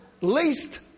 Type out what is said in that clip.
least